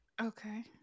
Okay